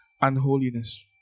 unholiness